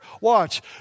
Watch